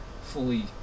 fully